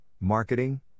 marketing